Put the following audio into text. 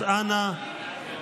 אז אנא,